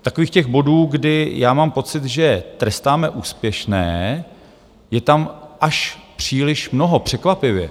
Takových těch bodů, kdy já mám pocit, že trestáme úspěšné, je tam až příliš mnoho, překvapivě.